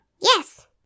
Yes